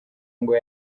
ngo